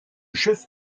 chef